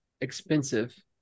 expensive